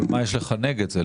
אבל מה יש לך נגד זה?